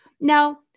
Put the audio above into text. Now